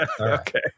Okay